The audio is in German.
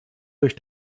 durch